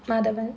madhavan